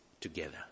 together